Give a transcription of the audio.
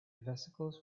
vesicles